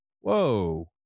whoa